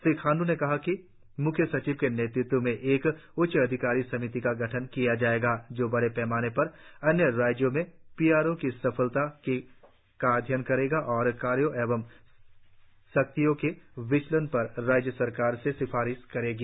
श्री खांड् ने कहा कि मुख्य सचिव के नेतृत्व में एक उच्चाधिकार समिति का गठन किया जायेगा जो बड़े पैमाने पर अन्य राज्यों में पी आर ओ की सफलता की कहानी का अध्ययन करेगा और कार्यों एवं शक्तियों के विचलन पर राज्य सरकार से सिफारिस करेगी